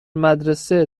مدرسه